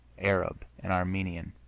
arab and armenian.